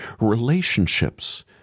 relationships